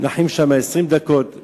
נחים שם 20 דקות.